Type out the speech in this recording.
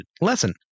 lesson